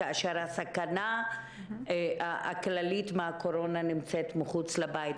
כאשר הסכנה הכללית מהקורונה נמצאת מחוץ לבית,